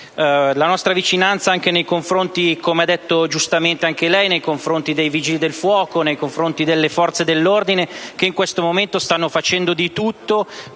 esprimiamo vicinanza anche nei confronti dei Vigili del fuoco e delle Forze dell’ordine che in questo momento stanno facendo di tutto